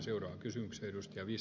arvoisa herra puhemies